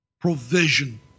provision